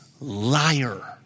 liar